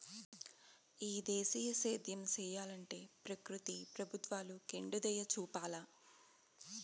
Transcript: ఈ దేశీయ సేద్యం సెయ్యలంటే ప్రకృతి ప్రభుత్వాలు కెండుదయచూపాల